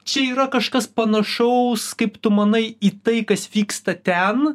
čia yra kažkas panašaus kaip tu manai į tai kas vyksta ten